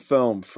Film